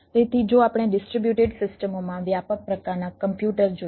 તેથી જો આપણે ડિસ્ટ્રિબ્યુટેડ સિસ્ટમોમાં વ્યાપક પ્રકારના કોમ્પ્યુટર જોઈએ